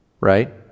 Right